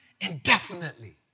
indefinitely